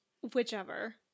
Whichever